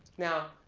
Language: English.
now,